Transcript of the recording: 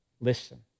listen